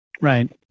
right